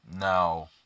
Now